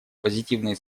позитивные